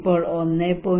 ഇപ്പോൾ 1